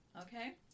Okay